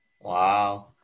Wow